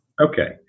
Okay